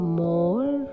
more